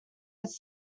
its